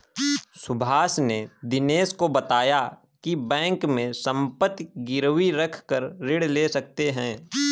सुभाष ने दिनेश को बताया की बैंक में संपत्ति गिरवी रखकर ऋण ले सकते हैं